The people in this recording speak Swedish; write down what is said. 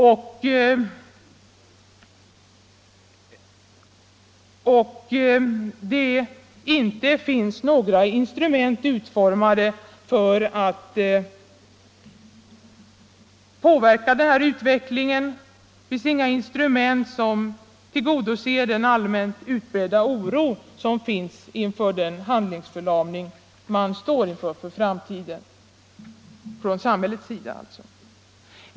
Jag vill här erinra om de riktlinjer för den statliga kulturpolitiken som riksdagen slog fast 1974 och som bl.a. innebar att åtgärder behöver vidtagas också på den kommersiella sektorn inom kulturpolitiken.